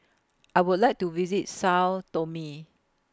I Would like to visit Sao Tome